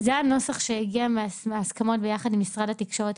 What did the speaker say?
זה הנוסח שהגיע בהסכמות ביחד עם משרד התקשורת,